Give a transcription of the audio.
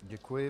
Děkuji.